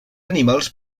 animals